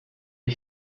est